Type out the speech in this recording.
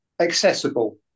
accessible